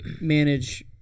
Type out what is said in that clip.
manage